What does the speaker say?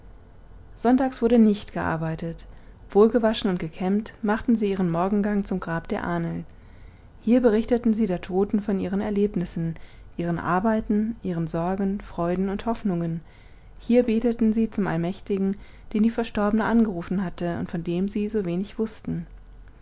sonntags wurde nicht gearbeitet wohlgewaschen und gekämmt machten sie ihren morgengang zum grab der ahnl hier berichteten sie der toten von ihren erlebnissen ihren arbeiten ihren sorgen freuden und hoffnungen hier beteten sie zum allmächtigen den die verstorbene angerufen hatte und von dem sie so wenig wußten